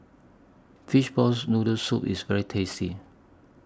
Fishball's Noodle Soup IS very tasty